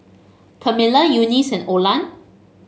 Camila Eunice and Olan